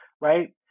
right